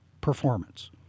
performance